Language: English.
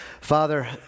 Father